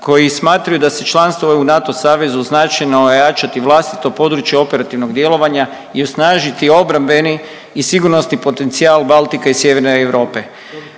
koji smatraju da se članstvo u NATO savezu značajno ojačati vlastito područje operativnog djelovanja i osnažiti obrambeni i sigurnosni potencijal Baltika i Sjeverne Europe.